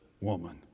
woman